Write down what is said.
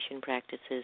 practices